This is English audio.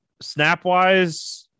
snap-wise –